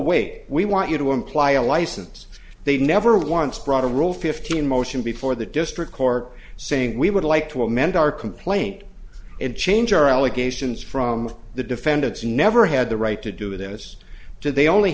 wait we want you to imply a license they've never once brought a rule fifteen motion before the district court saying we would like to amend our complaint and change our allegations from the defendants never had the right to do this to they only